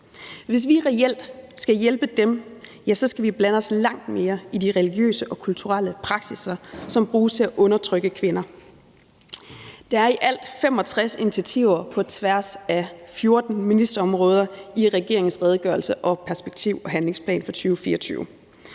Hvis vi reelt skal hjælpe dem, skal vi blande os langt mere i de religiøse og kulturelle praksisser, som bruges til at undertrykke kvinder. Der er i alt 65 initiativer på tværs af 14 ministerområder i regeringens redegørelse og perspektiv- og handlingsplan for 2024.